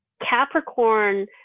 Capricorn